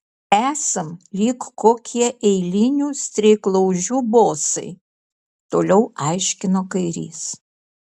esam lyg kokie eilinių streiklaužių bosai toliau aiškino kairys